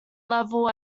level